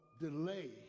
delay